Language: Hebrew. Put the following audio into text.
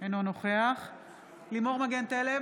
אינו נוכח לימור מגן תלם